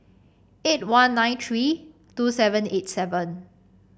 eight one nine three two seven eight seven